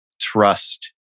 trust